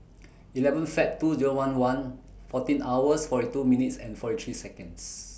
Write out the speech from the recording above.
eleven Feb two Zero one one fourteen hours forty two minutes and forty three Seconds